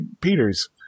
Peter's